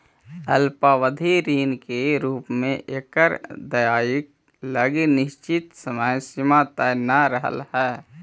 अल्पावधि ऋण के रूप में एकर अदायगी लगी निश्चित समय सीमा तय न रहऽ हइ